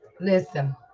listen